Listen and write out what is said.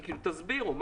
תסבירו.